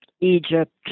Egypt